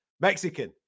Mexican